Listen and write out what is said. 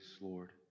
Lord